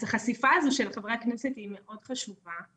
אז החשיפה הזו של חברי הכנסת היא מאוד חשובה,